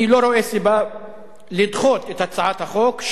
אני לא רואה סיבה לדחות את הצעת החוק,